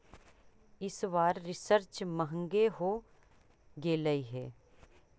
इस बार रिचार्ज महंगे हो गेलई हे